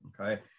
Okay